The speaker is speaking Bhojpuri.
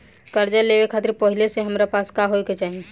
कर्जा लेवे खातिर पहिले से हमरा पास का होए के चाही?